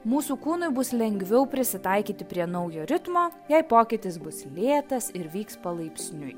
mūsų kūnui bus lengviau prisitaikyti prie naujo ritmo jei pokytis bus lėtas ir vyks palaipsniui